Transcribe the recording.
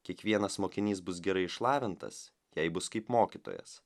kiekvienas mokinys bus gerai išlavintas jei bus kaip mokytojas